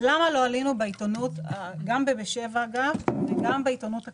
- למה לא עלינו גם ב"בשבע" וגם בעיתונות הכללית?